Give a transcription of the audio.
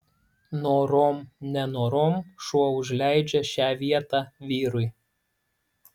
norom nenorom šuo užleidžia šią vietą vyrui